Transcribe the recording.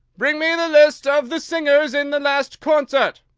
bring me the list of the singers in the last concert!